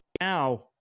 now